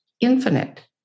infinite